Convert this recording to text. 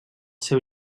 seu